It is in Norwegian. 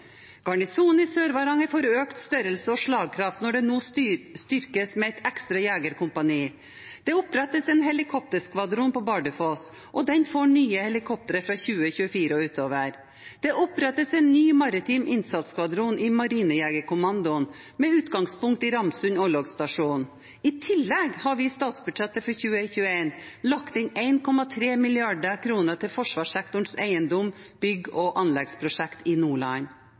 Garnisonen i Sør-Varanger får økt størrelse og slagkraft når den nå styrkes med et ekstra jegerkompani. Det opprettes en helikopterskvadron på Bardufoss, og den får nye helikoptre fra 2024 og utover. Det opprettes en ny maritim innsatsskvadron i Marinejegerkommandoen med utgangspunkt i Ramsund orlogsstasjon. I tillegg har vi i statsbudsjettet for 2021 lagt inn 1,3 mrd. kr til forsvarssektorens eiendoms-, bygge- og anleggsprosjekter i Nordland.